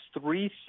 three